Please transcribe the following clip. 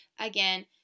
Again